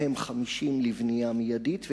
מהן 50 לבנייה מיידית,